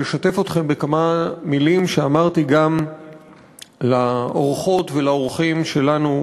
לשתף אתכם בכמה מילים שאמרתי גם לאורחות ולאורחים שלנו,